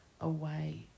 away